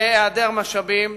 מהעדר משאבים,